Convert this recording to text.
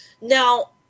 Now